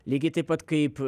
lygiai taip pat kaip